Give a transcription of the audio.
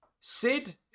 Sid